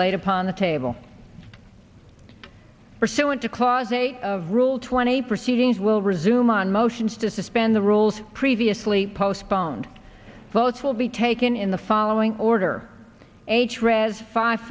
laid upon the table pursuant to clause eight of rule twenty proceedings will resume on motions to suspend the rules previously postponed votes will be taken in the following order